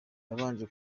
yabanje